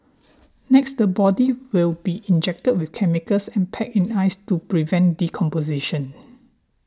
next the body will be injected with chemicals and packed in ice to prevent decomposition